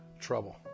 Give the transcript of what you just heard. trouble